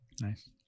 Nice